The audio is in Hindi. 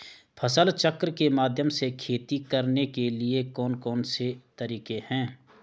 फसल चक्र के माध्यम से खेती करने के लिए कौन कौन से तरीके हैं?